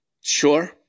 Sure